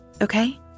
okay